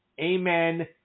Amen